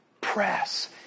Press